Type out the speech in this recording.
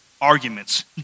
arguments